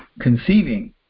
conceiving